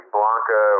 Blanca